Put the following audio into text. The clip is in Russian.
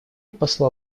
посла